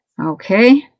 Okay